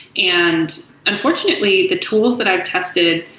and unfortunately, the tools that i've tested,